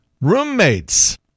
roommates